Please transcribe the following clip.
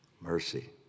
mercy